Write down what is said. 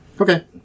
Okay